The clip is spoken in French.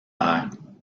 terre